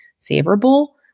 favorable